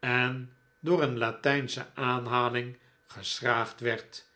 en door een latijnsche aanhaling geschraagd werd